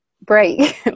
break